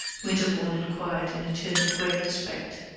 winterbourne inquired in a tone of great respect.